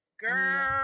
girl